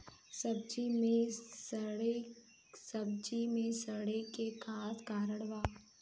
सब्जी में सड़े के का कारण होला?